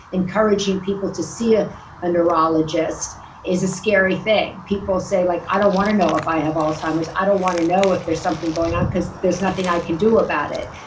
encouraging people to see ah a neurologist is a scary thing. people say like, i don't want to know if i have alzheimer's. i don't want to know if there's something going on, because there's nothing i can do about it.